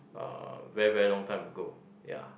uh very very long time ago ya